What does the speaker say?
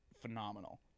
phenomenal